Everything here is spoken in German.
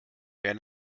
wer